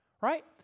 right